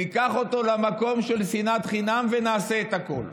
ניקח אותו למקום של שנאת חינם, ונעשה הכול.